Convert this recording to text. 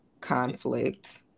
conflict